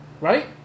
right